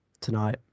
tonight